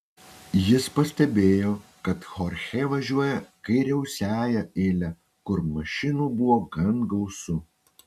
jis pastebėjo kad chorchė važiuoja kairiausiąja eile kur mašinų buvo gan gausu